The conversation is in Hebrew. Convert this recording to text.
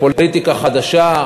לפוליטיקה חדשה,